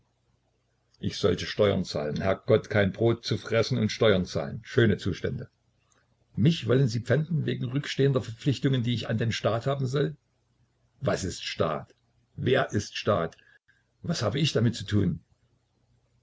ich sollte steuern zahlen herr gott kein brot zu fressen und steuern zahlen schöne zustände mich wollen sie pfänden wegen rückstehender verpflichtungen die ich an den staat haben soll was ist staat wer ist staat was habe ich damit zu tun